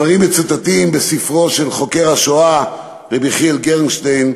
הדברים מצוטטים בספרו של חוקר השואה הרב יחיאל גרנטשטיין